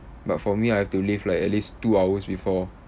but for me I have to leave like at least two hours before